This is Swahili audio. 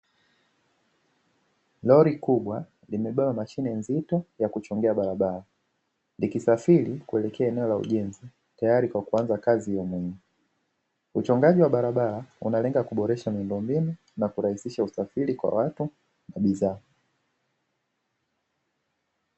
Lori kubwa limebeba mashine nzito ya kuchongea Barabara, likisafiri kuelekea eneo la ujenzi tayari kwa kuanza kazi eneo hilo, uchongaji wa Barabara unalenga kuboresha miundombinu na kurahisisha usafiri kwa watu na bidhaa.